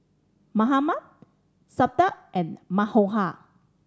Mahatma Santha and Manohar